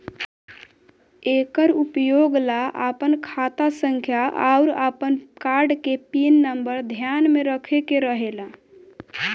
एकर उपयोग ला आपन खाता संख्या आउर आपन कार्ड के पिन नम्बर ध्यान में रखे के रहेला